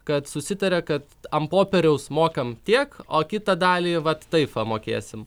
kad susitaria kad ant popieriaus mokam tiek o kitą dalį vat taip va mokėsim